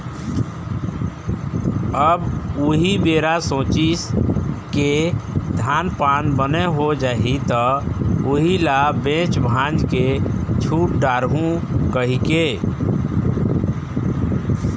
अब उही बेरा सोचिस के धान पान बने हो जाही त उही ल बेच भांज के छुट डारहूँ कहिके